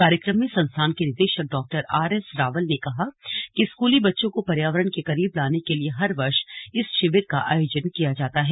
कार्यक्रम में संस्थान के निदेशक डॉ आरएस रावल ने कहा कि स्कूली बच्चों को पर्यावरण के करीब लाने के लिए हर वर्ष इस शिविर का आयोजन किया जाता है